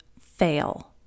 fail